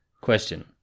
question